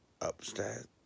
upstairs